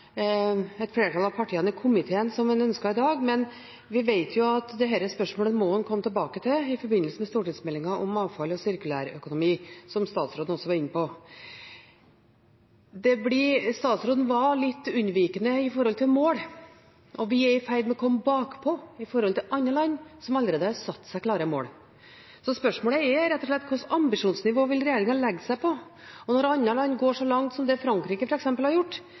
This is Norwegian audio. et flertall av partiene i komiteen som en ønsker i dag, men vi vet at dette spørsmålet må en komme tilbake til i forbindelse med stortingsmeldingen om avfall og sirkulær økonomi, som statsråden også var inne på. Statsråden var litt unnvikende med hensyn til mål, og vi er i ferd med å komme bakpå i forhold til andre land, som allerede har satt seg klare mål. Så spørsmålet er rett og slett: Hvilket ambisjonsnivå vil regjeringen legge seg på? Og når andre land går så langt som det Frankrike f.eks. har gjort,